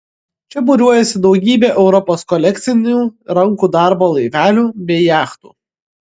čia būriuojasi daugybė europos kolekcinių rankų darbo laivelių bei jachtų